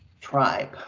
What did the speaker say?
tribe